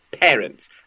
Parents